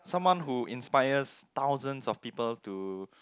someone who inspires thousands of people to